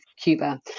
Cuba